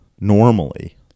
normally